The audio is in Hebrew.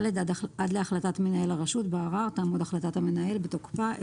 עד להחלטת מנהל הרשות בערר תעמוד החלטת המנהל בתוקפה,